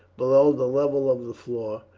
below the level of the floor,